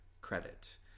credit